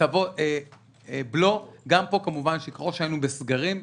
בלו ככל שהיינו בסגרים,